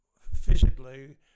physically